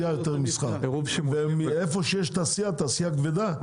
מסחר, והמוסכים לא מתאימים לאיפה שיש תעשייה כבדה.